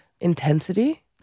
intensity